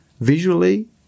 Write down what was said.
visually